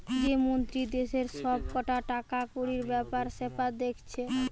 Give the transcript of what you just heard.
যে মন্ত্রী দেশের সব কটা টাকাকড়ির বেপার সেপার দেখছে